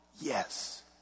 Yes